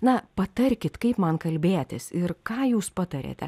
na patarkit kaip man kalbėtis ir ką jūs patariate